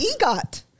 egot